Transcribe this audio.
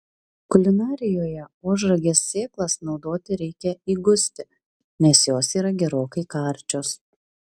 kulinarijoje ožragės sėklas naudoti reikia įgusti nes jos yra gerokai karčios